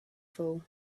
fall